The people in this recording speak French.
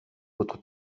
votre